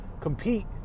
compete